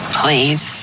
please